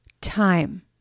time